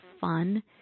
fun